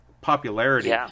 popularity